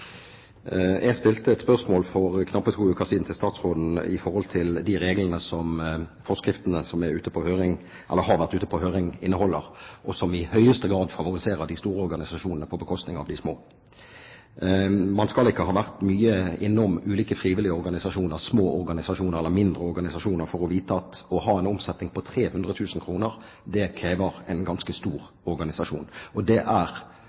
for knappe to uker siden et spørsmål til statsråden i forhold til det de forskriftene som har vært ute på høring, inneholder, og som i høyeste grad favoriserer de store organisasjonene på bekostning av de små. Man skal ikke ha vært mye innom ulike frivillige organisasjoner, små organisasjoner eller mindre organisasjoner, for å vite at å ha en omsetning på 300 000 kr krever en ganske stor organisasjon. Det er